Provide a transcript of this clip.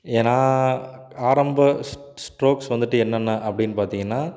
ஏன்னா ஆரம்ப ஸ் ஸ் ஸ்ட்ரோக்ஸ் வந்துவிட்டு என்னென்னா அப்படின்னு பார்த்திங்கன்னா